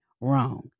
wrong